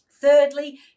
Thirdly